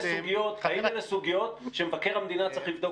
סוגיות שמבקר המדינה צריך לבדוק או לא?